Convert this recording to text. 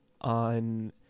on